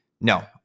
No